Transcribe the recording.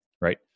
Right